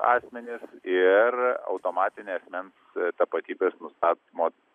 asmenis ir automatinė asmens tapatybės